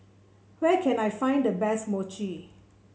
where can I find the best Mochi